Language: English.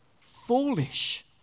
foolish